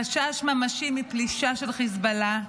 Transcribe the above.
חשש ממשי מפלישה של חיזבאללה,